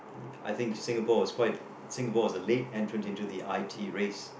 I think Singapore is quite Singapore is a late entrant into the I_T race